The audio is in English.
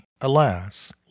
alas